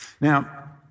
Now